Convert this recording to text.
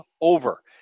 over